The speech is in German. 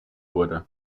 wurde